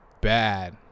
bad